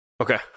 Okay